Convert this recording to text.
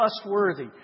trustworthy